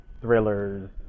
thrillers